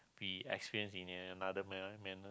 be experienced in another